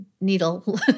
needle